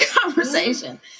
conversation